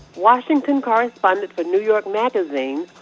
washington correspondent for new york magazine,